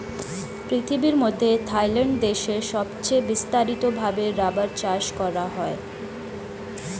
পৃথিবীর মধ্যে থাইল্যান্ড দেশে সবচে বিস্তারিত ভাবে রাবার চাষ করা হয়